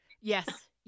yes